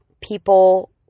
people